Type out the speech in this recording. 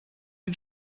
you